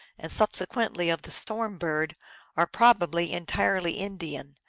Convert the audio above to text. and subsequently of the storm bird are probably en tirely indian,